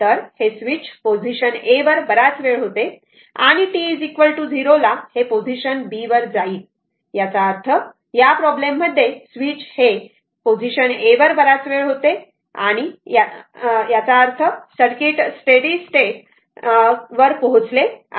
तर हे switch position a वर बराच वेळ होते आणि t 0 ला हे पोझिशन b वर फाईल याचा अर्थ या प्रॉब्लेम मध्ये स्वीच हे पोझिशन a वर बराच वेळ होते याचा अर्थ सर्किट स्टेडी स्टेट वर पोहोचले आहे